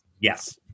Yes